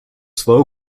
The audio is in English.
slow